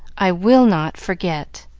i will not forget.